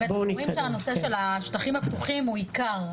אנחנו רואים שהנושא של השטחים הפתוחים הוא העיקר.